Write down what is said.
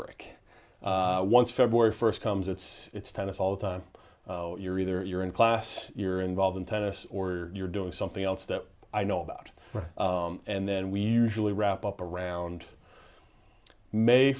break once february first comes it's it's tennis all the time you're either you're in class you're involved in tennis or you're doing something else that i know about and then we usually wrap up around may